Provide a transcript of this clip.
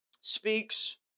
speaks